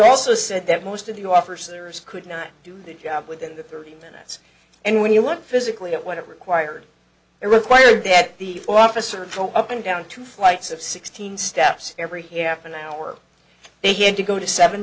also said that most of the offers there is could not do the job within the thirty minutes and when you look physically at what it required it required that the officer drove up and down two flights of sixteen steps every half an hour they had to go to seven